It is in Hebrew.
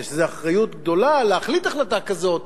יש בזה אחריות גדולה להחליט החלטה כזו,